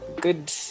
good